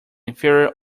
inferior